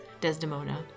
Desdemona